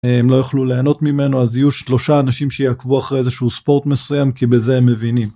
אם לא יוכלו ליהנות ממנו אז יהיו שלושה אנשים שיעקבו אחרי איזשהו ספורט מסוים כי בזה הם מבינים.